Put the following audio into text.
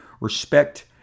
respect